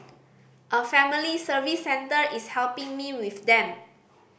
a Family Service Centre is helping me with them